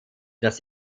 das